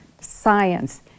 science